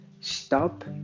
stop